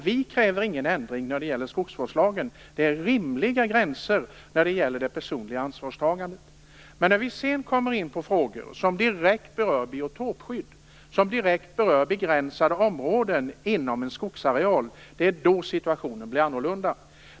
Vi kräver ingen ändring i skogsvårdslagen. Där sätts rimliga gränser för det personliga ansvarstagandet. Men i frågor som direkt berör biotopskydd inom begränsade områden av en skogsareal blir situationen annnorlunda.